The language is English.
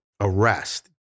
arrest